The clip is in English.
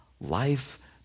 Life